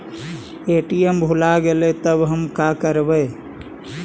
ATM भुला गेलय तब हम काकरवय?